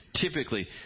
typically